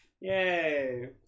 Yay